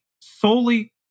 solely